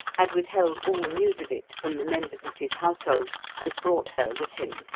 had withheld all news of it from the members of his household and brought her with him.